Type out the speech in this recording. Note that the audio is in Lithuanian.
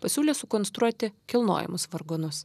pasiūlė sukonstruoti kilnojamus vargonus